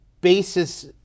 basis